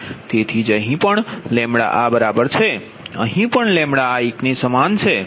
તેથી જ અહીં પણ આ બરાબર છે અહીં પણ આ એક સમાન છે